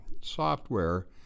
software